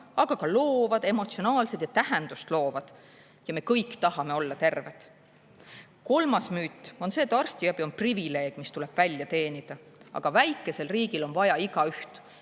aga ka loovad, emotsionaalsed ja tähendust loovad. Ja me kõik tahame olla terved. Kolmas müüt on see, et arstiabi on privileeg, mis tuleb välja teenida. Aga väikesel riigil on vaja igaüht.